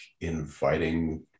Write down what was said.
inviting